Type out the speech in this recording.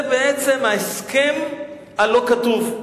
זה בעצם ההסכם הלא-כתוב.